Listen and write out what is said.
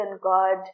God